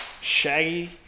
Shaggy